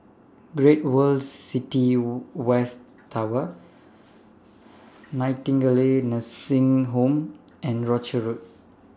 Great World City West Tower Nightingale Nursing Home and Rochor Road